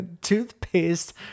toothpaste